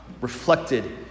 reflected